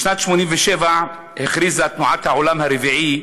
בשנת 1987 הכריזה "תנועת העולם הרביעי",